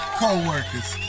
co-workers